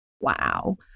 wow